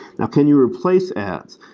can you replace ads?